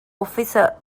އޮފިސަރ